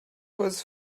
was